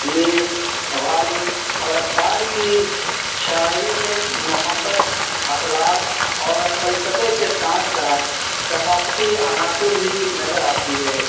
میر غالب اور اقبال کی شاعری میں محبت اخلاق اور فلسفے کے ساتھ ساتھ ثقافتی عناصر بھی نظر آتی ہے